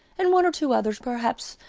and one or two others, perhaps,